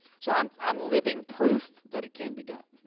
so i'm i'm living proof that it can be done.